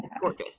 gorgeous